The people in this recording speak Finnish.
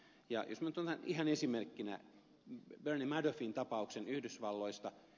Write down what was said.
minä nyt otan ihan esimerkkinä bernie madoffin tapauksen yhdysvalloista